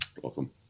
Welcome